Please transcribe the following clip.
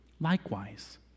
Likewise